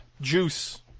Juice